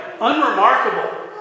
unremarkable